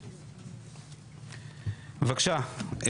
בבקשה,